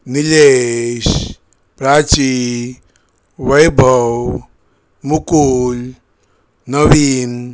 Nilesh Prachi Vaibhav Mukul Naveen